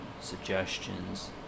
suggestions